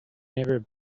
never